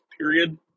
period